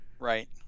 Right